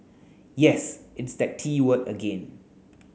yes it's that T word again